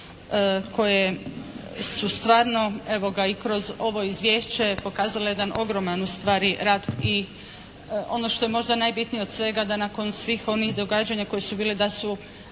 koje su stvarno evo ga i kroz ovo izvješće pokazale jedan ogroman ustvari rad. I ono što je možda najbitnije od svega da nakon svih onih događanja koja su bila da su